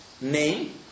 name